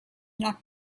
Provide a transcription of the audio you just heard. not